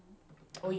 kau rewatch eh